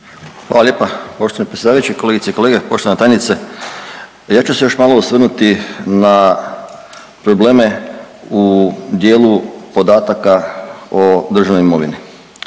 Hvala lijepa poštovani predsjedavajući, kolegice i kolege, poštovana tajnice. Ja ću se još malo osvrnuti na probleme u dijelu podataka o državnoj imovini.